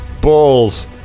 Balls